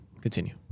Continue